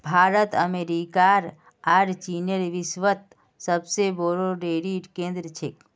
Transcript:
भारत अमेरिकार आर चीनेर विश्वत सबसे बोरो डेरी केंद्र छेक